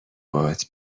باهات